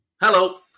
Hello